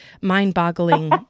mind-boggling